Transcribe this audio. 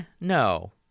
No